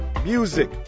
Music